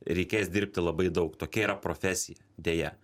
reikės dirbti labai daug tokia yra profesija deja